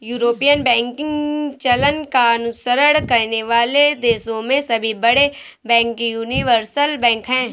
European banking चलन का अनुसरण करने वाले देशों में सभी बड़े बैंक यूनिवर्सल बैंक हैं